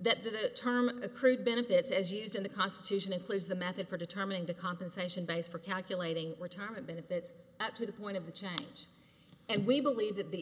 that determined a crude benefits as used in the constitution includes the method for determining the compensation base for calculating retirement benefits up to the point of the change and we believe that the